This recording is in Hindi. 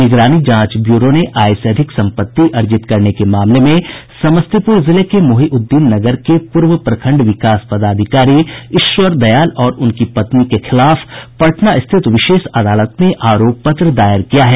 निगरानी जांच ब्यूरो ने आय से अधिक सम्पत्ति अर्जित करने के मामले में समस्मीपुर जिले के मोहिउद्दीन नगर के पूर्व प्रखंड विकास पदाधिकारी ईश्वर दयाल और उनकी पत्नी के खिलाफ पटना स्थित विशेष अदालत में आरोप पत्र दायर किया है